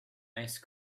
ice